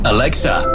Alexa